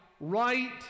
right